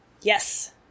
Yes